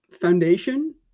foundation